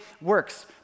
works